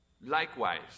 likewise